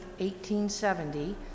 1870